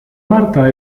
marta